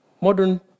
modern